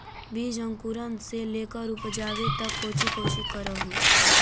बीज अंकुरण से लेकर उपजाबे तक कौची कौची कर हो?